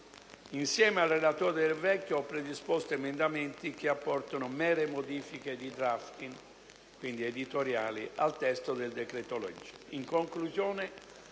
Insieme al relatore Del Vecchio ho predisposto emendamenti che apportano mere modifiche di *drafting* al testo del decreto-legge.